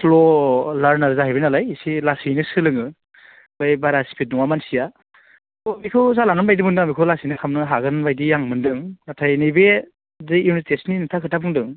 slow लारनार जाहैबाय नालाय एसे लासैनो सोलोङो ओमफ्राय बारा स्पिड नङा मानसिया बेखौ जालांगोन बादि मोनदों आं बेखौ लासैनो खालामनो हागोन बादि आं मोनदों नाथाइ नैबे जे इउनिटेस्टनि नोंथाङा खोथा बुंदों